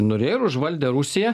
norėjo ir užvaldė rusiją